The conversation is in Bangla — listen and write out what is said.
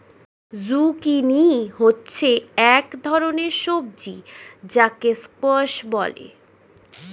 জুকিনি হচ্ছে এক ধরনের সবজি যাকে স্কোয়াশ বলে